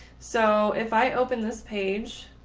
so if i open this page,